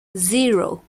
zero